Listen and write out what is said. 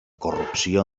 corrupció